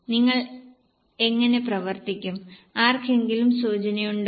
നിങ്ങൾ എങ്ങനെ പ്രവർത്തിക്കും ആർക്കെങ്കിലും സൂചനയുണ്ടോ